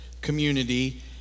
community